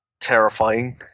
terrifying